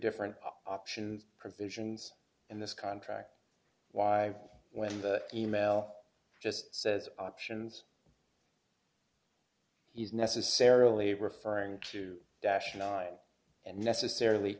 different options provisions in this contract why when the e mail just says options he's necessarily referring to daschle and necessarily